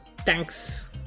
Thanks